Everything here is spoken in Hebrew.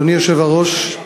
אדוני היושב-ראש,